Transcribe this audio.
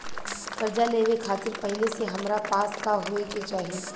कर्जा लेवे खातिर पहिले से हमरा पास का होए के चाही?